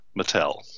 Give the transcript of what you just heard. Mattel